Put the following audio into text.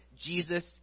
Jesus